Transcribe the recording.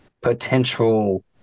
potential